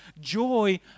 joy